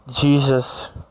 Jesus